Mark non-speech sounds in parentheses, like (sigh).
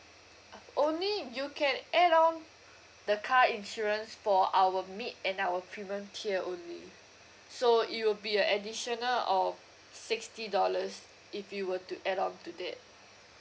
(noise) only you can add on the car insurance for our mid and our premium tier only so it will be a additional of sixty dollars if you were to add on to that